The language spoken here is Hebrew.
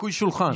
ניקוי שולחן.